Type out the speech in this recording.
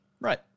right